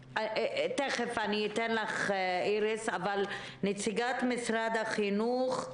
תכף אני אתן לך, איריס, אבל נציגת משרד החינוך,